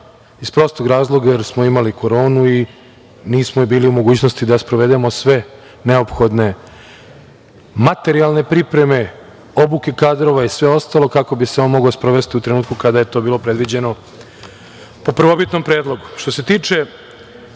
iz prostog razloga jer smo imali koronu i nismo bili u mogućnosti da sprovedemo sve neophodne materijalne pripreme, obuke kadrova i sve ostalo, kako bi se on mogao sprovesti u trenutku kada je to bilo predviđeno po prvobitnom predlogu. Što se tiče